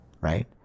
right